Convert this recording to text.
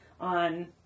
on